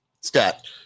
Scott